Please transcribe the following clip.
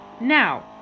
Now